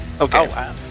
okay